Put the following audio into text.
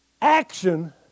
action